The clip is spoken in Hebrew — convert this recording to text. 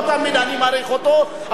לא תמיד אני מעריך אותו,